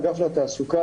אגף התעסוקה,